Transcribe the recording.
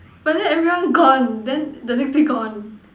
but then everyone gone then the next day gone